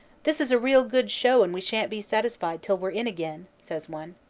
this is a real good show and we shan't be satisfied till we're in again, says one.